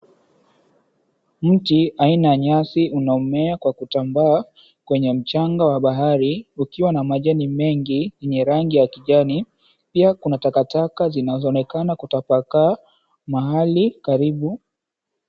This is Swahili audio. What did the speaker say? Mti aina ya nyasi unaomea kwa kutambaa kwenye mchanga wa bahari kukiwa na majani mengi yenye rangi ya kijani. Pia kuna takataka zinazoonekana kutapakaa mahali karibu.